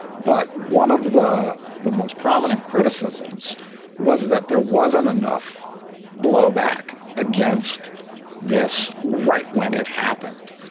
but one of the the most prominent criticisms was that there wasn't enough blowback against this right when it happened.